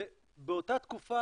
ובאותה תקופה,